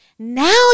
Now